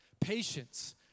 Patience